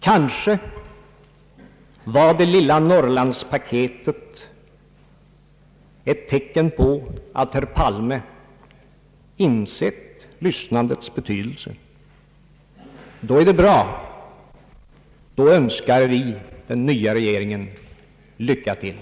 Kanske var det lilla Norrlandspaketet ett tecken på att herr Palme insett lyssnandets betydelse. Då är det bra! Då önskar vi den nya regeringen lycka till!